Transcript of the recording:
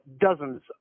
dozens